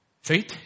Faith